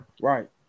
Right